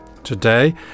today